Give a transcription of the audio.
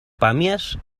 pàmies